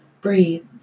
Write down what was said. breathe